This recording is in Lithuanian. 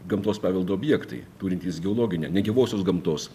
gamtos paveldo objektai turintys geologinę negyvosios gamtos